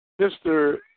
Mr